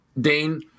Dane